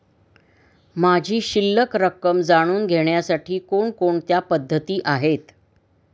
माझी शिल्लक रक्कम जाणून घेण्यासाठी कोणकोणत्या पद्धती आहेत?